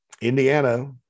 Indiana